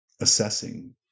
assessing